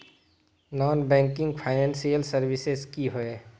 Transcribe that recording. Non banking financial services की होय?